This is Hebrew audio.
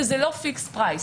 וזה לא פיקס פרייס.